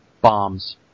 Bombs